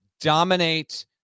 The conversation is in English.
dominate